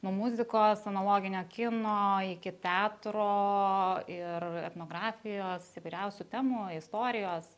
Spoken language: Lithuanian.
nuo muzikos analoginio kino iki teatro ir etnografijos įvairiausių temų istorijos